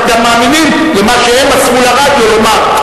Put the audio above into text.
גם מאמינים למה שהם מסרו לרדיו לומר.